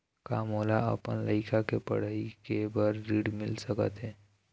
का मोला अपन लइका के पढ़ई के बर ऋण मिल सकत हे?